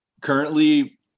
currently